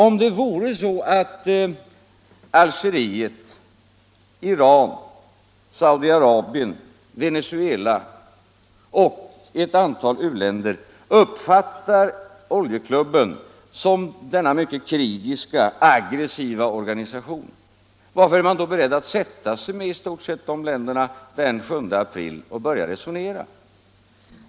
Om Algeriet, Iran, Saudiarabien, Venezuela och ett antal u-länder uppfattar oljeklubben som denna mycket krigiska, aggressiva organisation, varför är man då beredd att sätta sig ner med i stort sett de länderna den 7 april och börja resonera?